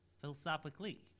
Philosophically